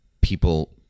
people